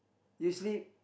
you sleep